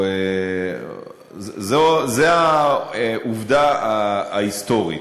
זו העובדה ההיסטורית.